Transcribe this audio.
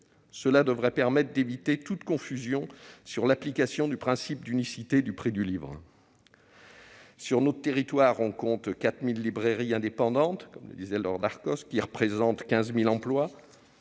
Cela devrait permettre d'éviter toute confusion sur l'application du principe d'unicité du prix du livre. Sur notre territoire, on compte 4 000 librairies indépendantes qui représentent 15 000 emplois.